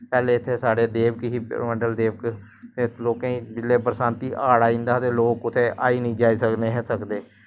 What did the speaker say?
पैह्लें इत्थें साढ़े देबक ही परमंडल देवक ते लोकेंई जिसलै हाड़ आई जंदा हा ते लोग कुदै आई जाई नी हे सकदे